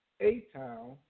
A-Town